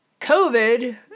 COVID